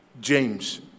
James